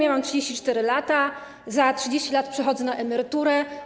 Ja mam 34 lata, za 30 lat przechodzę na emeryturę.